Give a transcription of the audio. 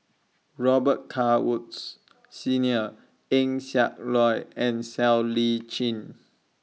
Robet Carr Woods Senior Eng Siak Loy and Siow Lee Chin